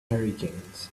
hurricanes